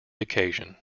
occasion